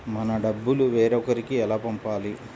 మన డబ్బులు వేరొకరికి ఎలా పంపాలి?